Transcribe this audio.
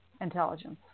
intelligence